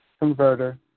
Converter